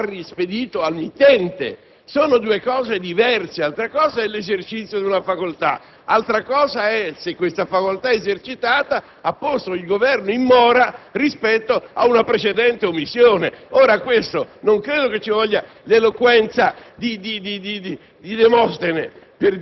altra cosa è se, avendolo ricevuto, lo ha rispedito al mittente. Sono due casi diversi. Altra cosa è l'esercizio di una facoltà, altra cosa è se questa facoltà esercitata ha posto il Governo in mora rispetto a una precedente omissione. Non credo che ci voglia